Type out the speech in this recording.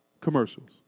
commercials